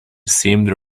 seemed